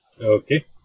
okay